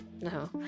No